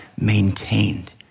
maintained